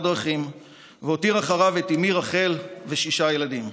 דרכים והותיר אחריו את אימי רחל ושישה ילדים.